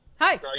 Hi